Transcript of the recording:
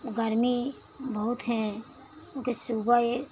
और गर्मी बहुत हैं सुबह